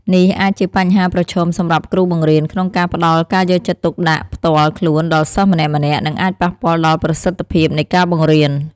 នេះអាចជាបញ្ហាប្រឈមសម្រាប់គ្រូបង្រៀនក្នុងការផ្តល់ការយកចិត្តទុកដាក់ផ្ទាល់ខ្លួនដល់សិស្សម្នាក់ៗ និងអាចប៉ះពាល់ដល់ប្រសិទ្ធភាពនៃការបង្រៀន។